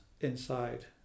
inside